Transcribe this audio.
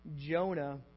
Jonah